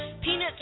Peanuts